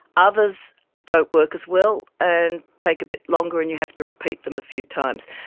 others don't work as well and take a bit longer and you have to repeat them a few times.